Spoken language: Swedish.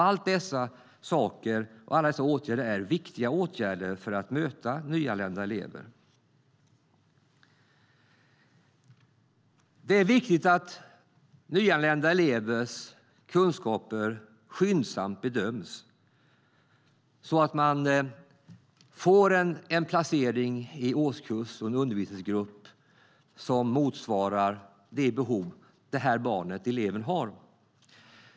Alla dessa åtgärder är viktiga för att möta nyanlända elever. Det är viktigt att nyanlända elevers kunskaper skyndsamt bedöms så att man får en placering i årskurs och en undervisningsgrupp som motsvarar elevens behov.